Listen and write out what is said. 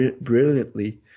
brilliantly